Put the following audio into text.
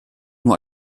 nur